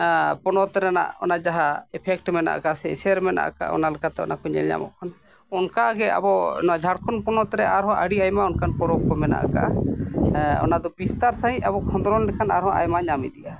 ᱯᱚᱱᱚᱛ ᱨᱮᱱᱟᱜ ᱚᱱᱟ ᱡᱟᱦᱟᱸ ᱮᱯᱷᱮᱠᱴ ᱢᱮᱱᱟᱜ ᱠᱟᱜᱼᱟ ᱥᱮ ᱮᱹᱥᱮᱨ ᱢᱮᱱᱟᱜ ᱠᱟᱜᱼᱟ ᱚᱱᱟ ᱞᱮᱠᱟᱛᱮ ᱚᱱᱟᱠᱚ ᱧᱮᱞ ᱧᱟᱢᱚᱜ ᱠᱟᱱᱟ ᱚᱱᱠᱟᱜᱮ ᱟᱵᱚ ᱡᱷᱟᱲᱠᱷᱚᱸᱰ ᱯᱚᱱᱚᱛ ᱨᱮ ᱟᱨᱦᱚᱸ ᱟᱹᱰᱤ ᱟᱭᱢᱟ ᱚᱱᱠᱟᱱ ᱯᱚᱨᱚᱵᱽ ᱠᱚ ᱢᱮᱱᱟᱜ ᱠᱟᱜᱼᱟ ᱚᱱᱟ ᱫᱚ ᱵᱤᱥᱛᱟᱨ ᱥᱟᱺᱦᱤᱡ ᱟᱵᱚ ᱠᱷᱚᱸᱫᱽᱨᱚᱱ ᱞᱮᱱᱠᱷᱟᱱ ᱟᱨᱦᱚᱸ ᱟᱭᱢᱟ ᱧᱟᱢ ᱤᱫᱤᱜᱼᱟ